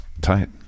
Tight